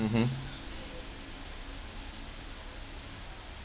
mmhmm